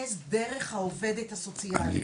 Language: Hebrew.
מתרכז דרך העובדת הסוציאלית.